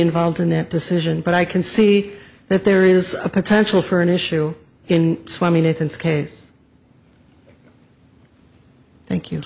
involved in that decision but i can see that there is a potential for an issue in swimming with its case thank you